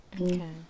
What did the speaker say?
Okay